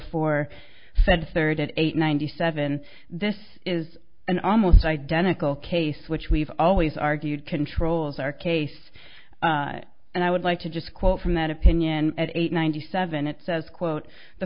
said third at eight ninety seven this is an almost identical case which we've always argued controls our case and i would like to just quote from that opinion at eight one hundred seven it says quote the